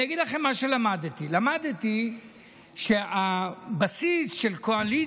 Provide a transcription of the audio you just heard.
אני אגיד לכם מה למדתי: למדתי שהבסיס של קואליציה,